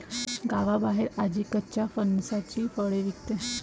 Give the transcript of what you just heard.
गावाबाहेर आजी कच्च्या फणसाची फळे विकते